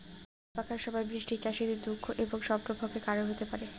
ধান পাকার সময় বৃষ্টি চাষীদের দুঃখ এবং স্বপ্নভঙ্গের কারণ হতে পারে